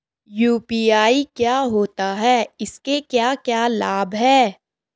UPI क्या होता है इसके क्या क्या लाभ हैं?